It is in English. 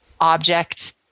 object